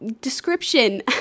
description